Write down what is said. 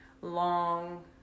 long